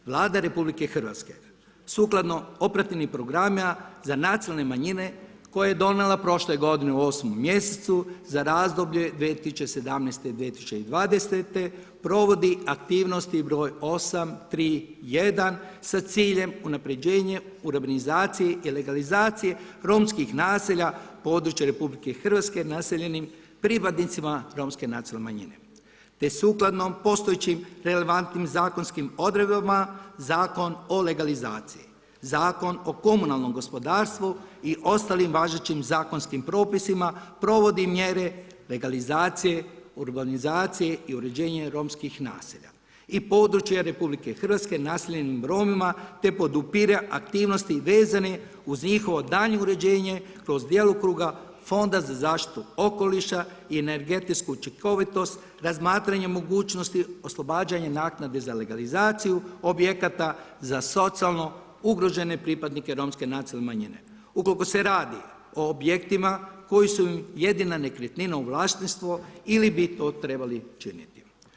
Vlada RH sukladno operativnim programima za nacionalne manjine koje je dovela prošle godine u 8. mjesecu za razdoblje 2017.-2020. provodi aktivnosti broj 831 sa ciljem unapređenja u organizaciji i legalizaciji romskih naselja područja RH naseljenim pripadnicima romske nacionalne manjine te sukladnim postojećim relevantnim zakonskim odredbama, Zakon o legalizaciji, Zakon o komunalnom gospodarstvu i ostalim važećim zakonskim propisima provodi mjere legalizacije, urbanizacije i uređenje romskih naselja i područje RH naseljenim Romima te podupire aktivnosti vezane uz njihovu daljnje uređenje kroz djelokrug Fonda za zaštitu okoliša i energetsku učinkovitost razmatranjem mogućnosti oslobađanje naknade a legalizaciju objekata za socijalno ugrožene pripadnike romske nacionalne manjine ukoliko se radi o objektima koji su jedina nekretnina u vlasništvu ili bi to trebali činiti.